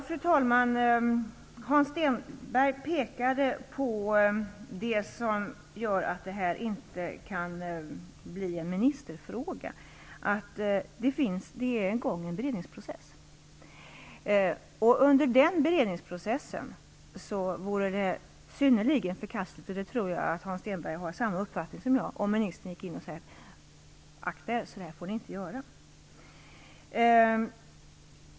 Fru talman! Hans Stenberg pekade på det som gör att det inte kan bli en ministerfråga, nämligen att en beredningsprocess är i gång. Under den beredningsprocessen vore det synnerligen förkastligt, och där tror jag att Hans Stenberg har samma uppfattning som jag, om ministern ingriper och säger: Akta er, så får ni inte göra. Fru talman!